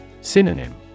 Synonym